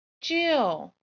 Jill